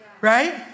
right